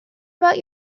about